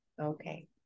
okay